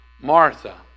Martha